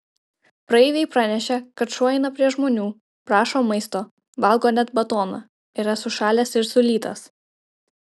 praeiviai pranešė kad šuo eina prie žmonių prašo maisto valgo net batoną yra sušalęs ir sulytas